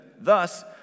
Thus